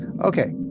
Okay